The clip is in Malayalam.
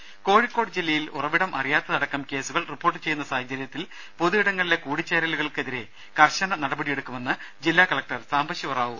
രുമ കോഴിക്കോട് ജില്ലയിൽ ഉറവിടമറിയാത്തതടക്കം കേസുകൾ റിപ്പോർട്ട് ചെയ്യുന്ന സാഹചര്യത്തിൽ പൊതു ഇടങ്ങളിലെ കൂടിച്ചേരലുകൾക്കെതിരേ കർശന നടപടിയെടുക്കുമെന്ന് ജില്ലാ കലക്ടർ സാംബശിവ റാവു